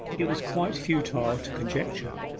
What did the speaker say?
it was quite futile to conjecture.